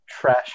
trash